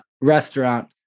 restaurant